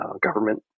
government